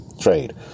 trade